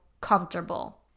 comfortable